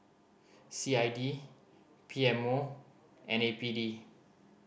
C I D P M O and A P D